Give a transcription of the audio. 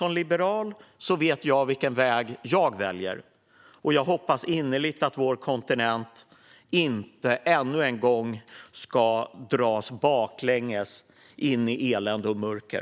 Som liberal vet jag vilken väg jag väljer, och jag hoppas innerligt att vår kontinent inte ännu en gång ska dras baklänges in i elände och mörker.